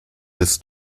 des